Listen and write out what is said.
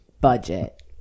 budget